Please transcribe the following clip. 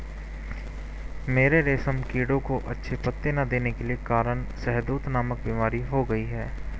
मेरे रेशम कीड़ों को अच्छे पत्ते ना देने के कारण शहदूत नामक बीमारी हो गई है